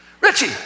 Richie